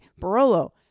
Barolo